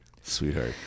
Sweetheart